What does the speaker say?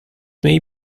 may